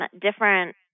different